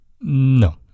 No